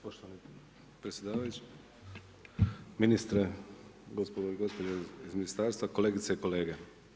Poštovani predsjedavajući, ministre, gospođe i gospode iz ministarstva, kolegice i kolege.